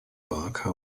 barker